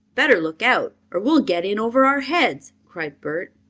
better look out or we'll get in over our heads, cried bert.